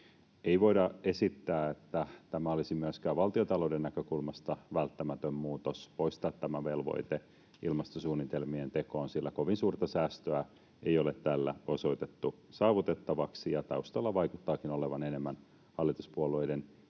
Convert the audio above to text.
Ei voida esittää, että olisi myöskään valtiontalouden näkökulmasta välttämätön muutos poistaa tämä velvoite ilmastosuunnitelmien tekoon, sillä kovin suurta säästöä ei ole tällä osoitettu saavutettavaksi, ja taustalla vaikuttavaakin olevan enemmän hallituspuolueiden ideologinen